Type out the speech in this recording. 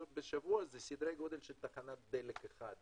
בשבוע זה סדרי גדול של תחנת דלק אחת